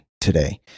today